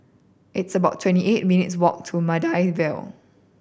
it's about twenty eight minutes' walk to Maida Vale